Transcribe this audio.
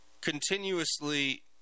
continuously